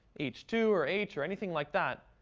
h two or h or anything like that,